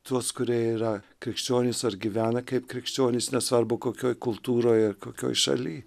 tuos kurie yra krikščionys ar gyvena kaip krikščionys nesvarbu kokioj kultūroj ar kokioj šaly